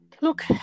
look